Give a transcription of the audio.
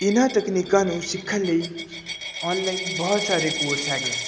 ਇਹਨਾਂ ਤਕਨੀਕਾਂ ਨੂੰ ਸਿੱਖਣ ਲਈ ਔਨਲਾਈਨ ਬਹੁਤ ਸਾਰੇ ਕੋਰਸ ਹੈਗੇ